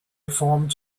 formed